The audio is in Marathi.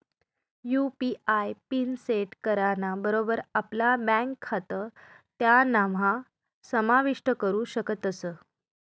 यू.पी.आय पिन सेट कराना बरोबर आपला ब्यांक खातं त्यानाम्हा समाविष्ट करू शकतस